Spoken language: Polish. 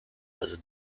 bez